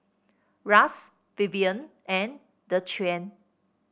Ras Vivien and Dequan